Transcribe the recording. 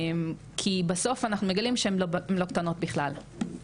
כי בסוף אנחנו מגלים שהן לא קטנות בכלל.